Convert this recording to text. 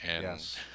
Yes